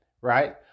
right